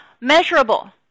Measurable